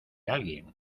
alguien